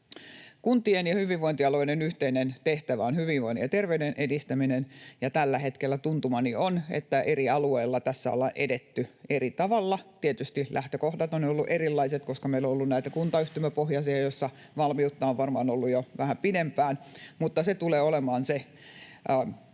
Kuntien ja hyvinvointialueiden yhteinen tehtävä on hyvinvoinnin ja terveyden edistäminen, ja tällä hetkellä tuntumani on, että eri alueilla tässä ollaan edetty eri tavalla. Tietysti lähtökohdat ovat olleet erilaiset, koska meillä on ollut näitä kuntayhtymäpohjaisia, joissa valmiutta on varmaan ollut jo vähän pidempään, mutta se tulee olemaan